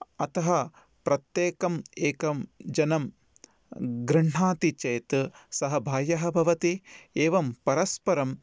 अतः प्रत्येकम् एकं जनं गृह्णाति चेत् सः बाह्यः भवति एवं परस्परं